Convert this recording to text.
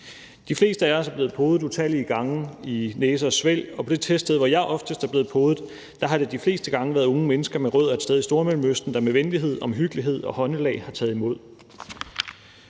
De fleste af os er blevet podet utallige gange i næse og svælg, og på det teststed, hvor jeg oftest er blevet podet, har det de fleste gange været unge mennesker med rødder et sted i Stormellemøsten, der med venlighed, omhyggelighed og håndelag har taget imod.